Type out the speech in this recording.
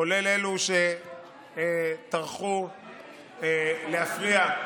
כולל אלו שטרחו להפריע,